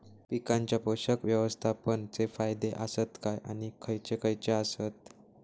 पीकांच्या पोषक व्यवस्थापन चे फायदे आसत काय आणि खैयचे खैयचे आसत?